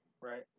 Right